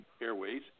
Airways